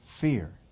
fear